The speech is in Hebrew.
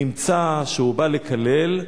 נמצא שהוא בא לקלל,